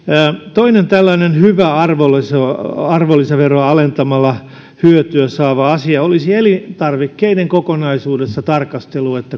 toinen tällainen hyvä arvonlisäveroa arvonlisäveroa alentamalla hyödyttävä asia olisi elintarvikkeiden kokonaisuudessa sen tarkastelu